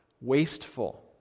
wasteful